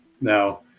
Now